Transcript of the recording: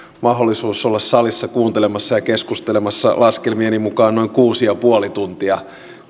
mahdollisuus olla salissa kuuntelemassa ja keskustelemassa laskelmieni mukaan noin kuusi pilkku viisi tuntia